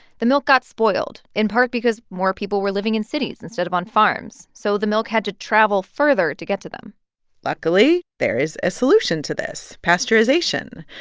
the milk got spoiled, in part because more people were living in cities instead of on farms, so the milk had to travel further to get to them luckily, there is a solution to this pasteurization.